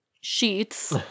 sheets